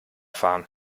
fahren